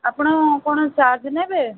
ଆପଣ କ'ଣ ଚାର୍ଜ୍ ନେବେ